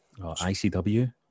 ICW